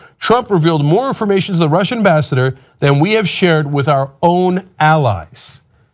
jumper build more information to the russian ambassador then we have shared with our own allies.